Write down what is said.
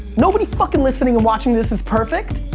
no body fuckin' listening or watchin' this is perfect.